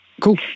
Cool